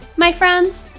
my friends,